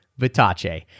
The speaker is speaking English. Vitace